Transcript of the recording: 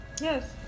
Yes